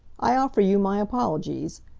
i offer you my apologies.